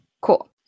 Cool